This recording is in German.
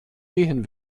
gehen